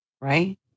right